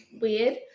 weird